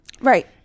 right